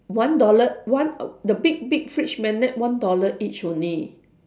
one dollar one uh the big big fridge magnet one dollar each only